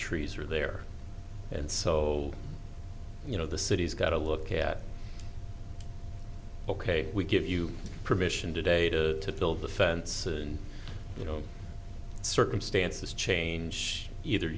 trees are there and so you know the city's got a look at ok we give you permission today to build the fence and you know circumstances change either